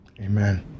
Amen